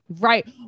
Right